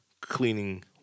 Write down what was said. cleaning